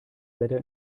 wetter